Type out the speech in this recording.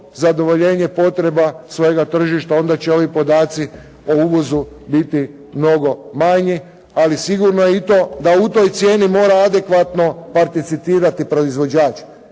zadovoljenje potreba svojega tržišta. Onda će ovi podaci o uvozu biti mnogo manji, ali sigurno je i to da u toj cijeni mora adekvatno participirati proizvođač.